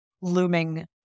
looming